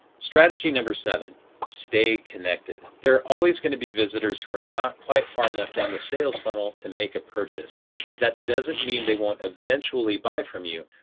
strategy number seven stay connected there are always going to be visitors who are not quite far enough down the sales funnel to make a purchase, but that doesn't mean they won't eventually buy from you,